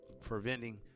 preventing